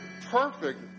Perfect